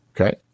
Okay